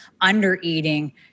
under-eating